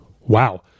Wow